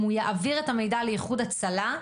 אם הוא יעביר את המידע לאיחוד הצלה,